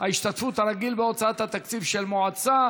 ההשתתפות הרגיל בהוצאות התקציב של מועצה),